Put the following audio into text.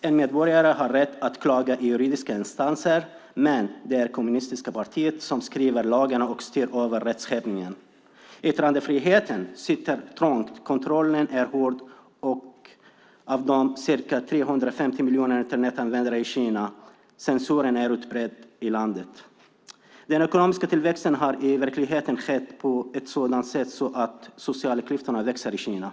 En medborgare har rätt att klaga i juridiska instanser, men det är det kommunistiska partiet som skriver lagarna och styr över rättskipningen. Yttrandefriheten sitter trångt. Kontrollen är hård av de ca 350 miljoner Internetanvändarna i Kina. Censuren är utbredd i landet. Den ekonomiska tillväxten har i verkligheten skett på ett sådant sätt att de sociala klyftorna växer i Kina.